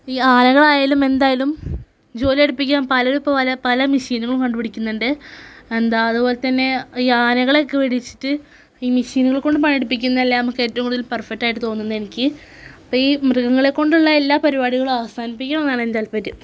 ഈ ആനകളായാലും എന്തായാലും ജോലി എടുപ്പിക്കാന് പലരും ഇപ്പോള് പല പല മിഷീനുകളും കണ്ടുപിടിക്കുന്നുണ്ട് എന്താ അതുപോലെതന്നെ ഈ ആനകളെയൊക്ക വെടിച്ചിട്ട് ഈ മിഷീനുകൾ കൊണ്ട് പണി എടുപ്പിക്കുന്ന അല്ലെ നമുക്ക് ഏറ്റവും കൂടുതൽ പെർഫെക്റ്റ് ആയിട്ട് തോന്നുന്നേ എനിക്ക് ഇപ്പോള് ഈ മൃഗങ്ങളെ കൊണ്ടുള്ള എല്ലാ പരിപാടികളും അവസാനിപ്പിക്കണം എന്നാണ് എൻ്റെ താൽപര്യം